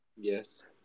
Yes